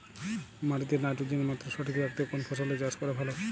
মাটিতে নাইট্রোজেনের মাত্রা সঠিক রাখতে কোন ফসলের চাষ করা ভালো?